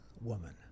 woman